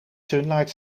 sunlight